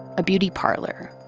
a beauty parlor,